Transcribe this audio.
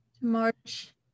March